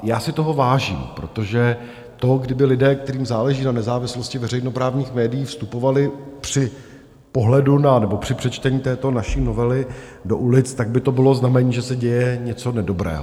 Já si toho vážím, protože to, kdyby lidé, kterým záleží na nezávislosti veřejnoprávních médií, vstupovali při pohledu nebo při přečtení této naší novely do ulic, tak by to bylo znamení, že se děje něco nedobrého.